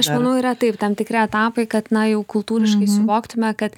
aš manau yra taip tam tikri etapai kad na jau kultūriškai suvoktume kad